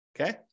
Okay